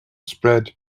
spread